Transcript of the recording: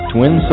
Twin